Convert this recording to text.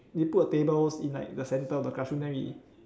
they put the tables in like the centre of the classroom then we